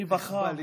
רווחה.